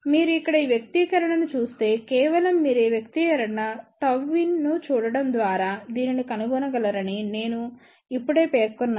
మీరు ఇక్కడ ఈ వ్యక్తీకరణ ను చూస్తే కేవలం మీరు ఈ వ్యక్తీకరణ Γin ను చూడటం ద్వారా దీనిని కనుగొనగలరని నేను ఇప్పుడే పేర్కొన్నాను